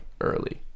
early